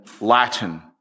Latin